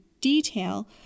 detail